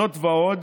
זאת ועוד,